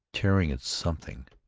tearing at something.